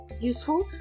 useful